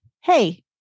hey